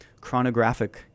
chronographic